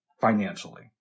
financially